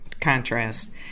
contrast